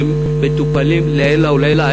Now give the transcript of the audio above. שהם מטופלים לעילא ולעילא.